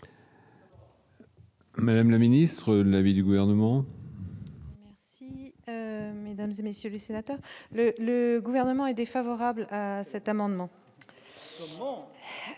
Madame la ministre, l'avis du gouvernement. Si mesdames et messieurs les sénateurs, le gouvernement est défavorable à cet amendement, alors